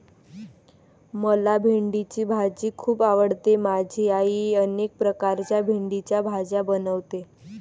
मला भेंडीची भाजी खूप आवडते माझी आई अनेक प्रकारच्या भेंडीच्या भाज्या बनवते